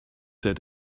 said